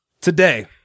today